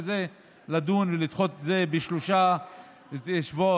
זה לדון ולדחות את זה בשלושה שבועות.